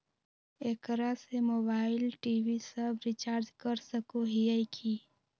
एकरा से mobile TV सब रिचार्ज कर सको हियै की?